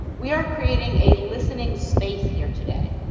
we are creating a listening space here today.